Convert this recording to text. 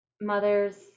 mothers